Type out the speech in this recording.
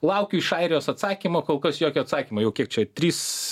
laukiu iš airijos atsakymo kol kas jokio atsakymo jau kiek čia trys